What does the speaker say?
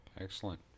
Excellent